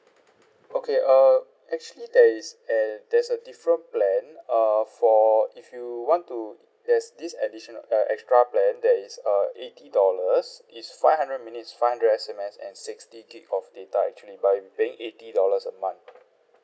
okay err actually there is an there's a different plan uh for if you want to there's this additional err extra plan that is uh eighty dollars it's five hundred minutes five hundred S_M_S and sixty gigabyte of data actually by paying eighty dollars a month